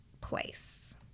place